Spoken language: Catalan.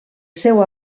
seu